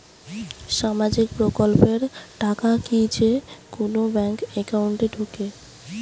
সামাজিক প্রকল্পের টাকা কি যে কুনো ব্যাংক একাউন্টে ঢুকে?